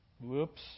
Whoops